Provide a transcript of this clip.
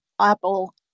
Apple